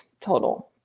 total